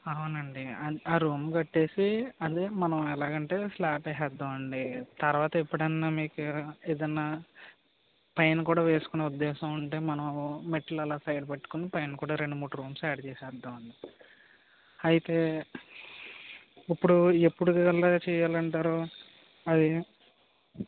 అవునండి ఆ రూమ్ కట్టేసి అది మనం ఎలాగంటే స్లాబ్ వేసేద్దాం అండి తర్వాత ఎప్పుడన్నా మీకు ఏదన్నా పైన కూడా వేసుకునే ఉద్దేశం ఉంటే మనం మెట్లు అలా సైడ్ పెట్టుకుని పైన కూడా రెండు మూడు రూమ్స్ ఎడ్ చేసేద్దాం అయితే ఇప్పుడు ఎప్పుడు కల్లా చేయాలంటారు అయ్యి